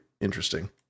interesting